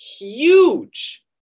huge